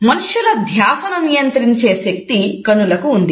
మనుష్యుల ధ్యాసను నియంత్రించే శక్తి కనులకు ఉన్నది